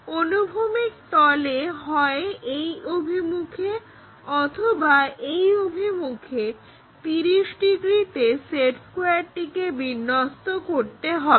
অনুভূমিক তলে হয় এই অভিমুখে অথবা এই অভিমুখে 30 ডিগ্রিতে সেট স্কোয়্যারটিকে বিন্যস্ত করতে হবে